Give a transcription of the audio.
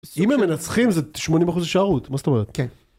אם מנצחים זה 80 אחוז הישארות מה זאת אומרת.